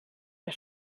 der